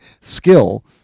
skill